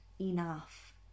enough